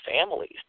families